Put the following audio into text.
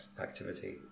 activity